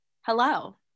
hello